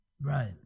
Right